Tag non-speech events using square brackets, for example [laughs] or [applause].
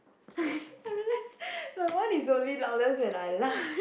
[laughs] I realized my voice is only loudest when I laugh